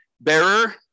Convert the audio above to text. bearer